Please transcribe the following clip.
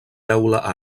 teula